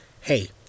hey